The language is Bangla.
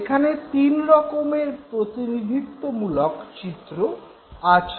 এখানে তিন রকমের প্রতিনিধিত্বমূলক চিত্র আছে